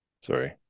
sorry